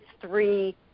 three